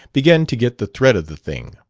began to get the thread of the thing.